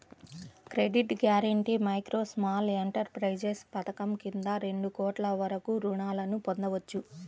credit guarantee micro, small enterprises పథకం కింద రెండు కోట్ల వరకు రుణాలను పొందొచ్చు